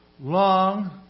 long